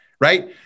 right